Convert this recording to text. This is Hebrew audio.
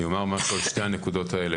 אני אומר משהו על שתי הנקודות האלה,